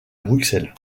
bruxelles